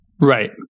Right